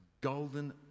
golden